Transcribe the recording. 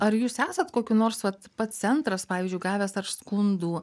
ar jūs esat kokių nors vat pats centras pavyzdžiui gavęs skundų